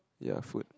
ya food